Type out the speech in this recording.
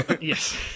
Yes